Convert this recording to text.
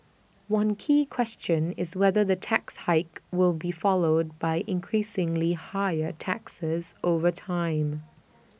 one key question is whether the tax hike will be followed by increasingly higher taxes over time